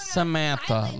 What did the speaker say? Samantha